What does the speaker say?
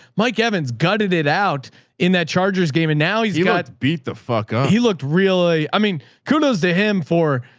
mike, kevin's gutted it out in that chargers game and now he's yeah got beat the f k up. he looked really, i mean kudos to him for,